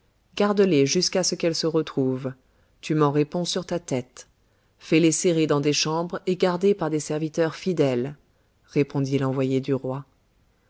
garde-les jusqu'à ce qu'elle se retrouve tu m'en réponds sur ta tête fais-les serrer dans des chambres et garder par des serviteurs fidèles répondit l'envoyé du roi